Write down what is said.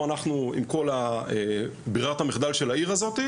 אנחנו עם כל ברירת המחדל של העיר הזאת,